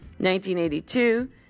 1982